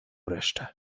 resztę